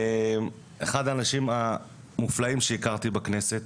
אתה אחד האנשים המופלאים שהכרתי בכנסת,